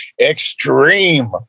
extreme